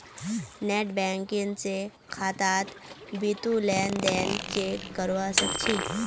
net banking स खातात बितु लेन देन चेक करवा सख छि